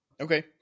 Okay